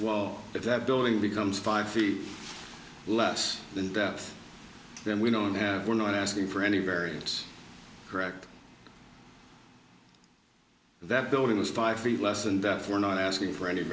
wall if that building becomes five feet less than death then we don't we're not asking for any variance correct that building was five feet less and we're not asking for any